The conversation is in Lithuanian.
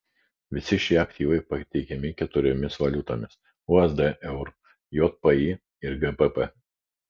visi šie aktyvai pateikiami keturiomis valiutomis usd eur jpy ir gbp